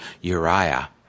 Uriah